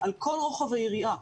על כל רוחב היריעה,